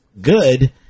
good